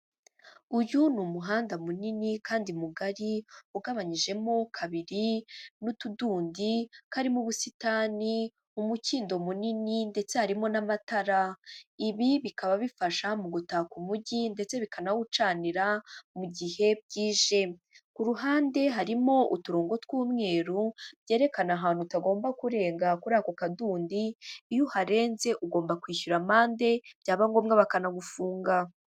Uyu ni umuhanda munini kandi mugari ugabanyijemo kabiri, n'utudundi, karimo ubusitani, umukindo munini, ndetse harimo n'amatara. Ibi bikaba bifasha mu gutaka umujyi ndetse bikanawucanira mu gihe byije. Ku ruhande harimo uturongo tw'umweru byerekana ahantu utagomba kurenga kuri ako kadundi, iyo uharenze ugomba kwishyura amande byaba ngombwa bakanagufunga.